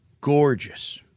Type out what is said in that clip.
gorgeous